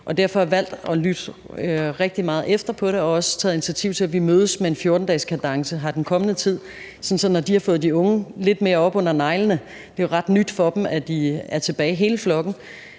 Derfor har jeg valgt at lytte rigtig meget efter og også taget initiativ til, at vi mødes med en 14-dageskadence den kommende tid. Så når de har fået de unge lidt mere op under neglene – det er jo ret nyt for dem, at hele flokken